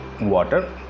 water